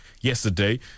yesterday